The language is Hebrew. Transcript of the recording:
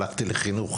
הלכתי לחינוך,